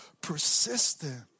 persistent